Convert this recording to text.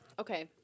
Okay